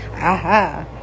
aha